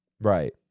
Right